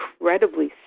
incredibly